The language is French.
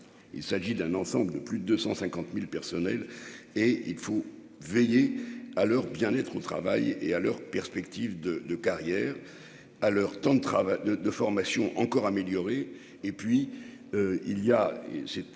il s'agit d'un ensemble de plus de 250000 personnels et il faut veiller à leur bien-être au travail et à leurs perspectives de de carrière à leur temps de travail de de formation encore améliorer,